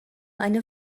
eine